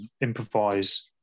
improvise